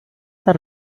that